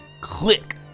click